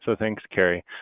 so thanks, carrie.